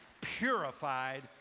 purified